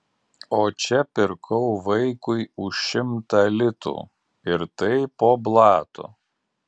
o čia pirkau vaikui už šimtą litų ir tai po blatu